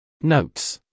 Notes